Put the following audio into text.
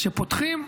כשפותחים,